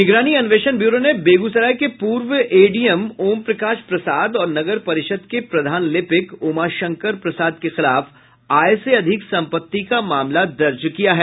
निगरानी अन्वेषण ब्यूरो ने बेगूसराय के पूर्व एडीएम ओम प्रकाश प्रसाद और नगर परिषद के प्रधान लिपिक उमाशंकर प्रसाद के खिलाफ आय से अधिक संपत्ति का मामला दर्ज किया गया है